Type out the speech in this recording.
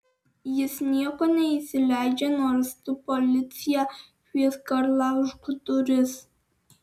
jis nieko neįsileidžia nors tu policiją kviesk ar laužk duris